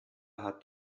hat